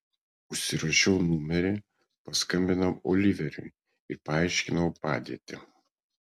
užsirašiau numerį paskambinau oliveriui ir paaiškinau padėtį